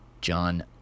John